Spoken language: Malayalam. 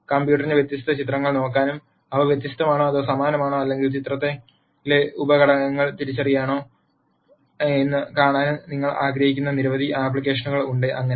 കമ്പ്യൂട്ടറിന് വ്യത്യസ്ത ചിത്രങ്ങൾ നോക്കാനും അവ വ്യത്യസ്തമാണോ അതോ സമാനമാണോ അല്ലെങ്കിൽ ചിത്രത്തിലെ ഉപ ഘടകങ്ങൾ തിരിച്ചറിയണോ എന്ന് കാണാനും നിങ്ങൾ ആഗ്രഹിക്കുന്ന നിരവധി ആപ്ലിക്കേഷനുകൾ ഉണ്ട് അങ്ങനെ